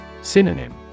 Synonym